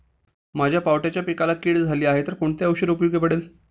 माझ्या पावट्याच्या पिकाला कीड झाली आहे तर कोणते औषध उपयोगी पडेल?